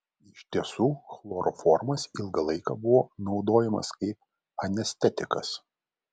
iš tiesų chloroformas ilgą laiką buvo naudojamas kaip anestetikas